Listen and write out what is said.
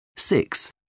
Six